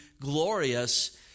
glorious